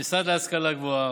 המשרד להשכלה גבוהה,